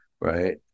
right